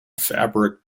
fabric